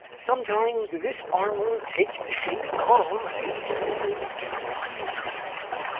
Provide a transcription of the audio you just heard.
sometimes this armor takes the shape of a solid triangle,